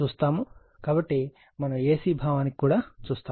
కాబట్టి మనం A C భావానికి కూడా చూస్తాము